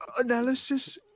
analysis